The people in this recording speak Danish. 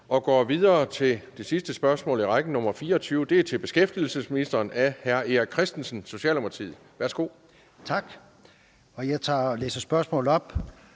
Vi går videre til det sidste spørgsmål i rækken, nr. 24. Det er til beskæftigelsesministeren af hr. Erik Christensen, Socialdemokratiet. Kl. 17:38 Spm. nr.